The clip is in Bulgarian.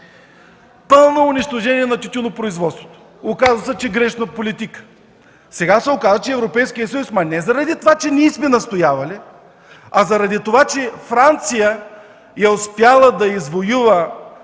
Пълно унищожение на тютюнопроизводство! Оказва се, че политиката е грешна. Сега се оказва, че Европейският съюз не за това, че ние сме настоявали, а заради това, че Франция е успяла да извоюва